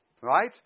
Right